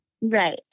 Right